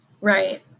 right